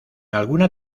alguna